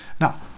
Now